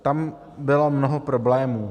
Tam bylo mnoho problémů.